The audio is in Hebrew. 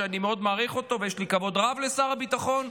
שאני מאוד מעריך אותו ויש לי כבוד רב לשר הביטחון,